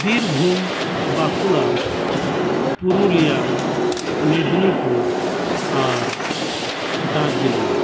ᱵᱤᱨᱵᱷᱩᱢ ᱵᱟᱸᱠᱩᱲᱟ ᱯᱩᱨᱩᱞᱤᱭᱟ ᱢᱮᱫᱽᱱᱤᱯᱩᱨ ᱟᱨ ᱫᱟᱨᱡᱤᱞᱤᱝ